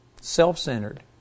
Self-centered